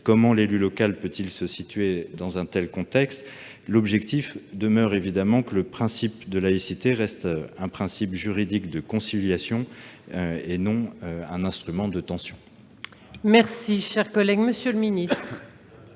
Comment l'élu local peut-il se situer dans un tel contexte ? L'objectif demeure évidemment que le principe de laïcité reste un principe juridique de conciliation et non un instrument de tensions. La parole est à M. le ministre.